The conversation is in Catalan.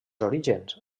orígens